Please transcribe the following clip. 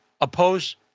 oppose